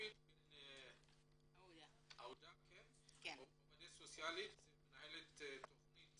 חופית בן אהודה, עובדת סוציאלית, מנהלת תכנית